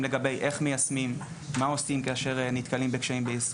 לגבי איך מיישמים מה עושים כאשר נתקלים בקשיים ביישום.